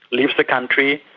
leaves the country.